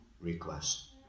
request